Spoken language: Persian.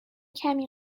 کمی